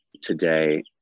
today